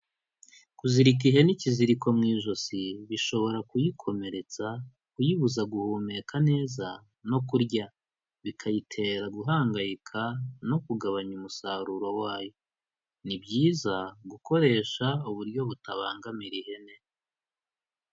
Kuzirika ihene ikiziriko mu ijosi, bishobora kuyikomeretsa, kuyibuza guhumeka neza no kurya. Bikayitera guhangayika no kugabanya umusaruro wayo. Ni byiza gukoresha uburyo butabangamira ihene.